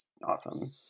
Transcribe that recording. Awesome